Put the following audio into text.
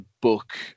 book